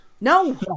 No